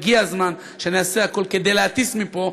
הגיע הזמן שנעשה הכול כדי להטיס מפה,